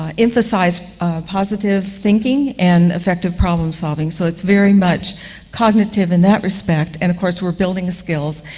um emphasize positive thinking and effective problem-solving. so it's very much cognitive in that respect. and of course we're building skills,